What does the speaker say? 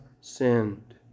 sinned